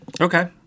Okay